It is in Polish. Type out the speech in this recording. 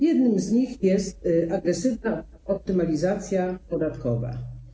Jednym z nich jest agresywna optymalizacja podatkowa.